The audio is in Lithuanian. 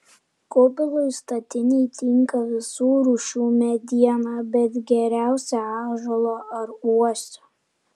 kubilui statinei tinka visų rūšių mediena bet geriausia ąžuolo ar uosio